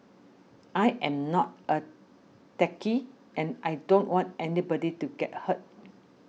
I am not a techie and I don't want anybody to get hurt